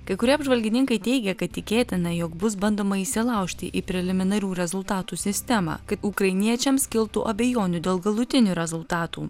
kai kurie apžvalgininkai teigia kad tikėtina jog bus bandoma įsilaužti į preliminarių rezultatų sistemą kad ukrainiečiams kiltų abejonių dėl galutinių rezultatų